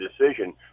decision